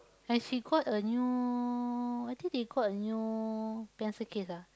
and she got a new I think they got a new pencil case ah